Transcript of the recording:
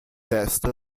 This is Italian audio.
est